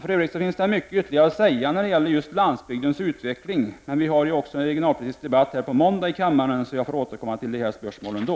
För övrigt så finns det mycket ytterligare att säga när det gäller landsbygdens utveckling. Men vi har ju en regionalpolitisk debatt på måndag här i kammaren, så jag får återkomma till dessa spörsmål då.